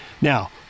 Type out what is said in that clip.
Now